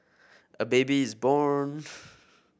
a baby is born